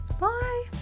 Bye